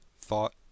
Thought